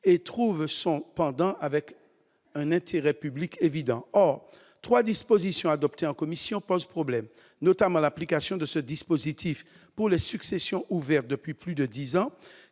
et trouve son pendant avec un intérêt public évident. Or trois dispositions adoptées en commission posent problème, notamment l'application de ce dispositif aux successions ouvertes depuis plus de dix ans.